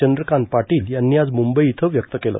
चंद्रकांत पादील यांनी आज म्रंबई इथं व्यक्त केलं